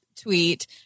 tweet